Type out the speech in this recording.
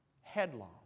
headlong